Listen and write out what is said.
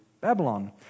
Babylon